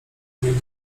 niech